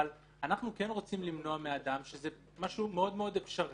אנחנו כן רוצים למנוע מאדם, שזה משהו אפשרי,